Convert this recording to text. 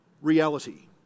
reality